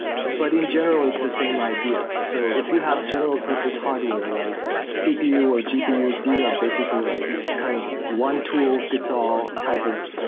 but in general it's the same idea. so if you have general-purpose hardware, like cpu or gpu, these are basically like kind of one tool fits all type of